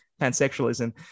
pansexualism